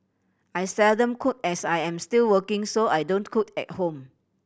I seldom cook as I'm still working so I don't cook at home